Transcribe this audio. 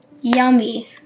Yummy